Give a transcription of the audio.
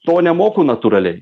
to nemoku natūraliai